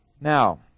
Now